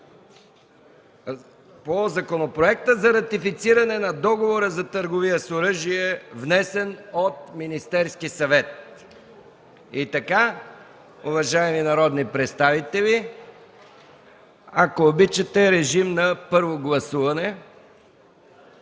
по Законопроекта за ратифициране на Договора за търговия с оръжие, внесен от Министерския съвет. Уважаеми народни представители, ако обичате, режим на първо гласуване.